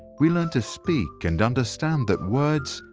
we learn to speak and understand that words,